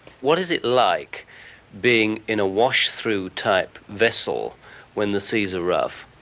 what is it like being in a wash-through type vessel when the seas are rough?